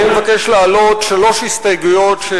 אני מבקש להעלות שלוש הסתייגויות של